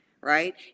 right